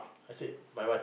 I said my wife